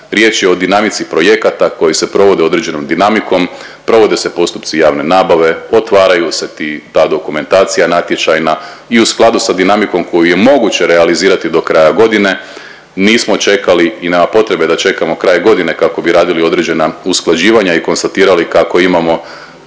riječ je o dinamici projekata koje se provode određenom dinamikom, provode se postupci javne nabave, otvaraju se ti, ta dokumentacija natječajna i u skladu sa dinamikom koju je moguće realizirati do kraja godine nismo čekali i nema potrebe da čekamo kraj godine kako bi radili određena usklađivanja i konstatirali kako imamo